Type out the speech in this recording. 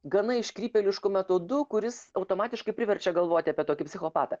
gana iškrypėlišku metodu kuris automatiškai priverčia galvoti apie tokį psichopatą